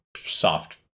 soft